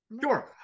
Sure